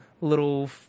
little